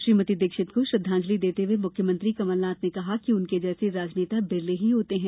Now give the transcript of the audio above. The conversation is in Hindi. श्रीमति दीक्षित को श्रद्वांजलि देते हुए मुख्यमंत्री कमलनाथ ने कहा कि उनके जैसे राजनेता बिरले ही होते हैं